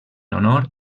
honor